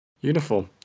uniform